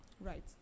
Right